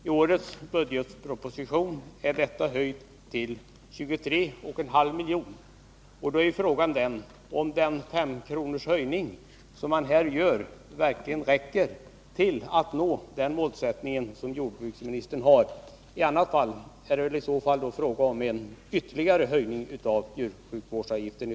I årets budgetproposition har summan höjts till 23,5 milj.kr. Då blir frågan om S5-kronorshöjningen verkligen räcker för att jordbruksministerns mål skall kunna uppnås. Räcker den inte skulle det i framtiden bli fråga om en ytterligare höjning av djursjukvårdsavgiften.